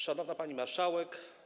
Szanowna Pani Marszałek!